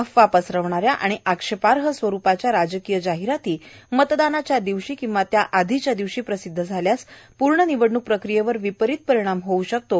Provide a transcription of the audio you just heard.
अफवा पसरवणाऱ्या आणि आक्षेपार्ह स्वरूपाच्या राजकीय जाहिराती मतदानाच्या दिवशी आणि त्या आधीच्या दिवशी प्रसिद्ध झाल्यास पूर्ण निवडणूक प्रक्रियेवर विपरीत परिणाम होऊ शकतो